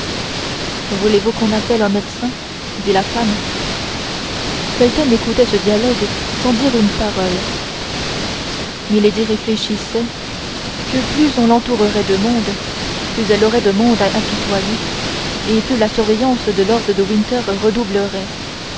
voulez-vous qu'on appelle un médecin dit la femme felton écoutait ce dialogue sans dire une parole milady réfléchissait que plus on l'entourerait de monde plus elle aurait de monde à apitoyer et plus la surveillance de lord de winter